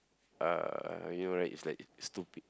uh you know right it's like it's too big